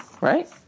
right